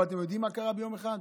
אבל אתם יודעים מה קרה ביום אחד?